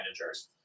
managers